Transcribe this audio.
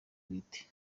bwite